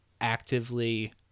actively